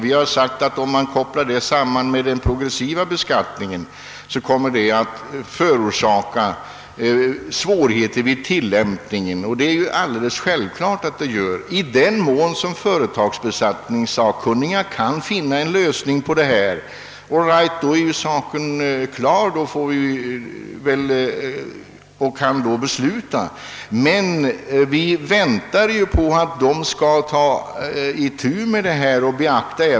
Vi har sagt att om den saken kopplas samman med den progressiva beskattningen, kommer det att uppstå svårigheter vid tillämpningen. I den mån företagsbeskattningssakkunniga kan finna en lösning kan riksdagen fatta beslut, och då är saken klar, men vi väntar på att de skall ta itu med denna sak.